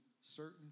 certain